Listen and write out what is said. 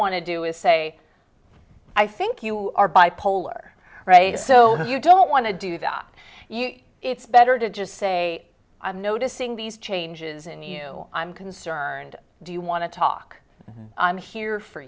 want to do is say i think you are bipolar so if you don't want to do that it's better to just say i'm noticing these changes in you i'm concerned do you want to talk i'm here for